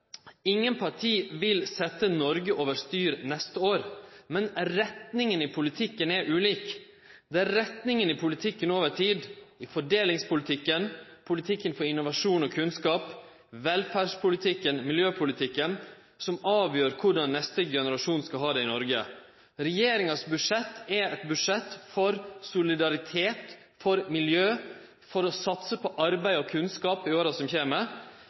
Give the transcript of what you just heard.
Ingen parti vil setje Noreg over styr neste år, men retninga i politikken er ulik. Det er retninga i politikken over tid – i fordelingspolitikken, i politikken for innovasjon og kunnskap, i velferdspolitikken og i miljøpolitikken – som avgjer korleis neste generasjon skal ha det i Noreg. Regjeringas budsjett er eit budsjett for solidaritet, for miljø, for å satse på arbeid og kunnskap i åra som kjem,